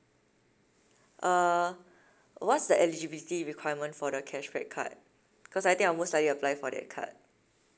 uh what's the eligibility requirement for the cashback card because I think I'll most likely apply for that card